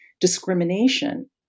discrimination